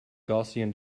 gaussian